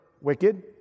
wicked